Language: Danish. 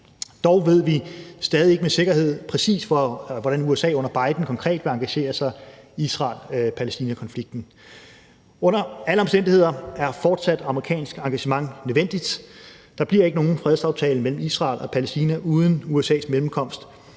Dog ved vi stadig ikke med sikkerhed, præcis hvordan USA under Biden konkret vil engagere sig i Israel-Palæstina-konflikten. Under alle omstændigheder er fortsat amerikansk engagement nødvendigt. Der bliver ikke nogen fredsaftale mellem Israel og Palæstina uden USA's mellemkomst,